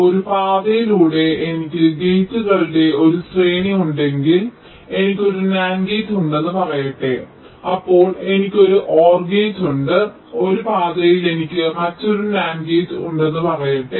ഒരു പാതയിലൂടെ എനിക്ക് ഗേറ്റുകളുടെ ഒരു ശ്രേണി ഉണ്ടെങ്കിൽ എനിക്ക് ഒരു NAND ഗേറ്റ് ഉണ്ടെന്ന് പറയട്ടെ അപ്പോൾ എനിക്ക് ഒരു OR ഗേറ്റ് ഉണ്ട് ഒരു പാതയിൽ എനിക്ക് മറ്റൊരു NAND ഗേറ്റ് ഉണ്ടെന്ന് പറയട്ടെ